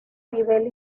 nivel